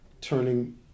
turning